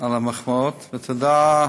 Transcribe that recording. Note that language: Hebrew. על המחמאות, ותודה,